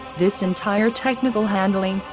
this entire technical handling,